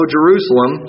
Jerusalem